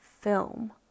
film